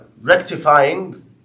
rectifying